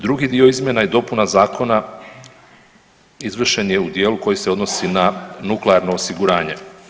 Drugi dio izmjena i dopuna zakona izvršen je u dijelu koji se odnosi na nuklearno osiguranje.